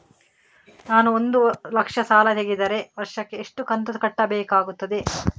ನಾನು ಒಂದು ಲಕ್ಷ ಸಾಲ ತೆಗೆದರೆ ವರ್ಷಕ್ಕೆ ಎಷ್ಟು ಕಂತು ಕಟ್ಟಬೇಕಾಗುತ್ತದೆ?